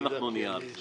ואנחנו נהיה על זה.